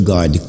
God